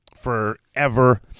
forever